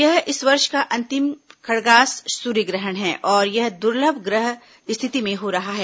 यह इस वर्ष का अंतिम खंडग्रास सूर्य ग्रहण है और यह दुर्लभ ग्रह स्थिति में हो रहा है